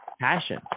passion